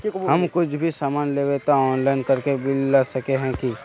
हम कुछ भी सामान लेबे ते ऑनलाइन करके बिल ला सके है की?